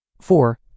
Four